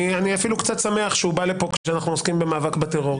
אני קצת שמח שהוא בא לפה כשאנחנו עוסקים במאבק בטרור,